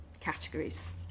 categories